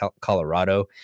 Colorado